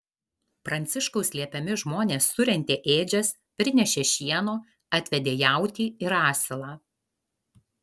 pranciškaus liepiami žmonės surentė ėdžias prinešė šieno atvedė jautį ir asilą